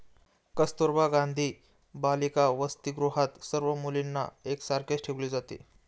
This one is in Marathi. कस्तुरबा गांधी बालिका वसतिगृहात सर्व मुलींना एक सारखेच ठेवले जाते